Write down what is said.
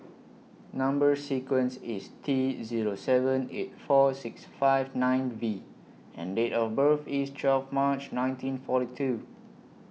Number sequence IS T Zero seven eight four six five nine V and Date of birth IS twelve March nineteen forty two